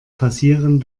passieren